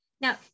Now